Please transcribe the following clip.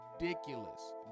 ridiculous